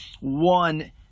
one